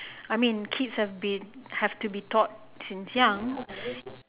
I mean kids have been have to be taught since young